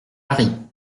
paris